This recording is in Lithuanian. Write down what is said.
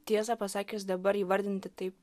tiesą pasakius dabar įvardinti tai